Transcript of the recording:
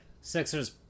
Sixers